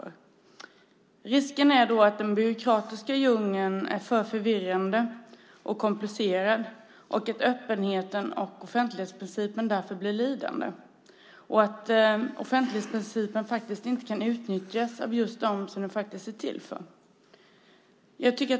Risken är att den byråkratiska djungeln är för förvirrande och komplicerad och att öppenheten och offentlighetsprincipen därför blir lidande. Då kan offentlighetsprincipen inte utnyttjas av just dem som den faktiskt är till för.